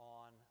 on